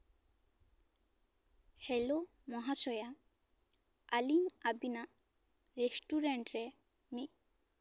hello ᱢᱚᱦᱟᱥᱚᱭᱟ ᱟᱞᱤᱧ ᱟᱵᱤᱱᱟᱜ ᱨᱮᱥᱴᱩᱨᱮᱱᱴ ᱨᱮ